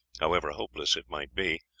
however hopeless it might be,